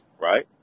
right